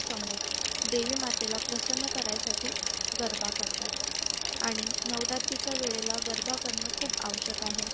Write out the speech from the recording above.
समोर देवीमातेला प्रसन्न करायसाठी गरबा करतात आणि नवरात्रीच्या वेळेला गरबा करणं खूप आवश्यक आहे